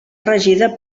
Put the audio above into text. regida